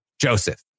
Joseph